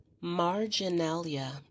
Marginalia